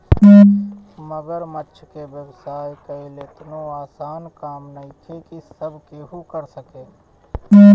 मगरमच्छ के व्यवसाय कईल एतनो आसान काम नइखे की सब केहू कर सके